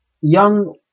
young